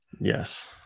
Yes